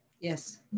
Yes